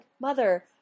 Mother